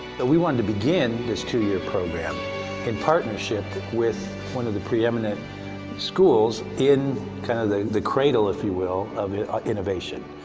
we wanted to begin this two year program in partnership with one of the preeminent schools in kind of the the cradle, if you will, of innovation.